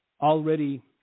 already